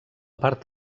part